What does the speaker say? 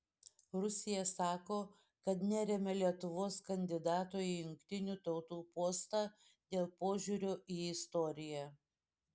rusija sako kad neremia lietuvos kandidato į jungtinių tautų postą dėl požiūrio į istoriją